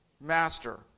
master